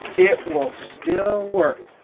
it will still work.